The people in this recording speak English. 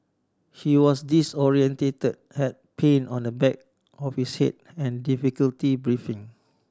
he was disorientated had pain on the back of his head and difficulty breathing